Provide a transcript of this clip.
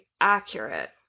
accurate